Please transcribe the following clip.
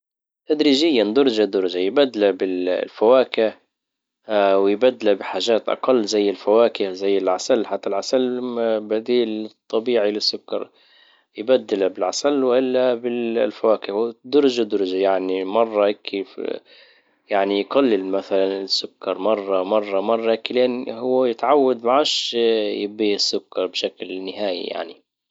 تدريجيا درجة درجة يبدلة بالفواكه ويبدله بحاجات اقل زي الفواكه زي العسل. حتى العسل بديل طبيعي للسكر يبدله بالعسل والا الفواكه درجة درجة يعني مرة هيك كيف يعني يقلل مثلا السكر مرة مرة مرة كلين هو يتعود ما عادش يبي السكر بشكل نهائي يعني.